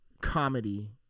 comedy